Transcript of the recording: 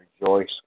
rejoice